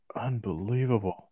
unbelievable